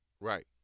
Right